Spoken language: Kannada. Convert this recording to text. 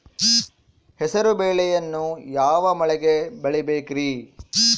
ಹೆಸರುಬೇಳೆಯನ್ನು ಯಾವ ಮಳೆಗೆ ಬೆಳಿಬೇಕ್ರಿ?